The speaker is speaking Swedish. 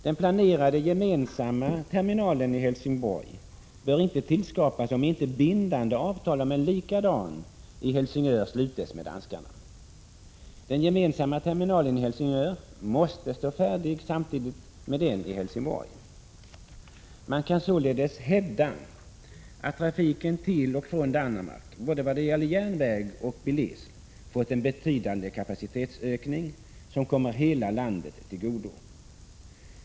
Den planerade gemensamma terminalen i Helsingborg bör inte tillskapas om inte bindande avtal om en likadan i Helsingör sluts med danskarna. Den gemensamma terminalen i Helsingör måste stå färdig samtidigt med den i Helsingborg. Man kan således hävda att trafiken till och från Danmark, både vad det gäller järnväg och bilism, fått en betydande kapacitetsökning, som kommer hela landet till godo.